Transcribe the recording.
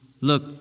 look